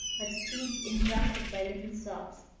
her speech interrupted by little sobs.